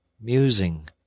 musing